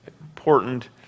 important